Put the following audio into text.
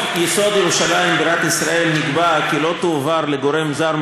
בחוק-יסוד: ירושלים בירת ישראל נקבע כי לא תועבר לגורם זר,